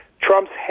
Trump's